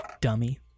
Dummy